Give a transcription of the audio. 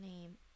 name